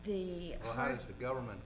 the government